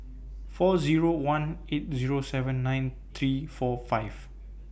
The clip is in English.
four Zero one eight Zero seven nine three four five